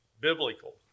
biblical